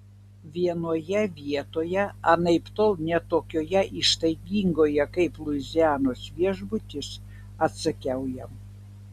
vienoje vietoje anaiptol ne tokioje ištaigingoje kaip luizianos viešbutis atsakiau jam